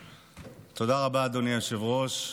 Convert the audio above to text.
תודה, אדוני היושב-ראש.